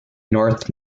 north